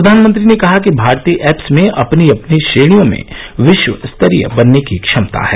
प्रधानमंत्री ने कहा कि भारतीय ऐप्स में अपनी अपनी श्रेणियों में विश्व स्तरीय बनने की क्षमता है